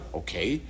okay